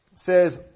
says